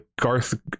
Garth